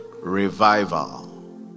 revival